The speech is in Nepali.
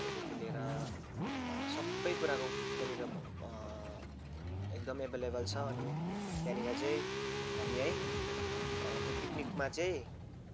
दाउराहरूदेखि लिएर सबै कुराको त्यहाँनिर एकदमै एभाइलेबल छ अनि त्यहाँनिर चाहिँ हामी है त्यो पिकनिकमा चाहिँ